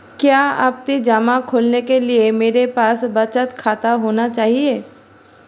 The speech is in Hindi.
क्या आवर्ती जमा खोलने के लिए मेरे पास बचत खाता होना चाहिए?